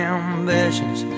ambitions